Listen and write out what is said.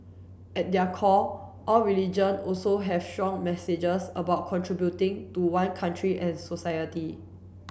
at their core all religion also have strong messages about contributing to one country and society